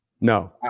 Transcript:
No